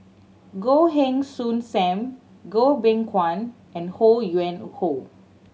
Goh Heng Soon Sam Goh Beng Kwan and Ho Yuen Hoe